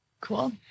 Cool